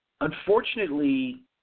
unfortunately